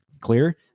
Clear